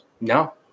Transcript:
No